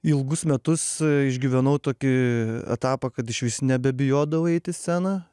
ilgus metus išgyvenau tokį etapą kad išvis nebebijodavau eit į sceną